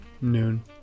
Noon